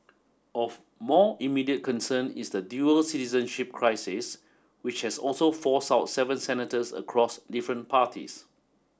of more immediate concern is the dual citizenship crisis which has also forced out seven senators across different parties